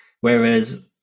whereas